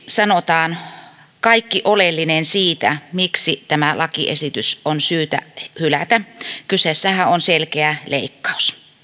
sanotaan kaikki oleellinen siitä miksi tämä lakiesitys on syytä hylätä kyseessähän on selkeä leikkaus